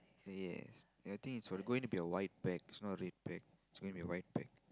yes I think it's will going to be a white pack not a red pack it's going to be a white pack